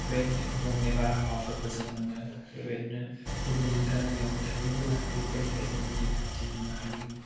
बेबायदिनो गुबुंले बारहावाफोरखौ जों मोनो बेबायदिनो जोङो गामिआव थायोब्ला बेफोरनिफ्राय जोङो रैखाथि मोननो हायो